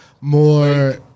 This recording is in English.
more